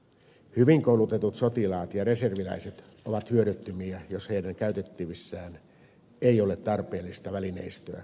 hyvin koulutetut sotilaat ja reserviläiset ovat hyödyttömiä jos heidän käytettävissään ei ole tarpeellista välineistöä